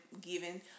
given